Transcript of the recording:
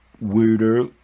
weirder